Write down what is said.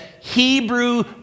Hebrew